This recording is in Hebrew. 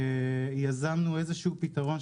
יזמנו איזה פתרון,